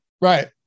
right